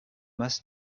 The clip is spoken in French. mas